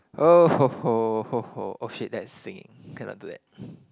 (oh ho ho ho ho) oh shit that's singing cannot do that